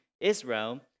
Israel